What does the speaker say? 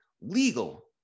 legal